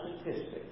statistics